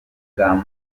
bwa